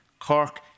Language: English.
Cork